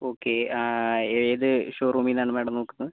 okay ഏതു ഷോറൂമിൽ നിന്നാണ് മാഡം നോക്കുന്നത്